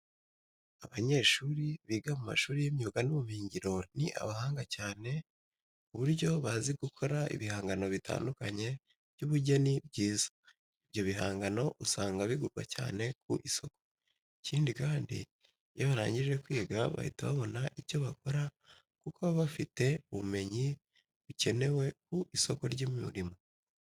Abanyeshuri biga mu mashuri y'imyuga n'ubumenyingiro ni abahanga cyane ku buryo bazi gukora ibihangano bitandukanye by'ubugeni byiza. Ibyo bihangano usanga bigurwa cyane ku isoko. Ikindi kandi, iyo barangije kwiga bahita babona icyo bakora kuko baba bafite ubumenyi bukenewe ku isoko ry'umurimo.